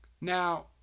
Now